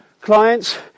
clients